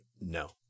no